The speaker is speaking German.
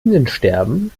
bienensterben